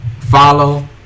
follow